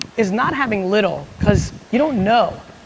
is not having little, cause you don't know.